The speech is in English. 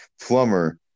Plumber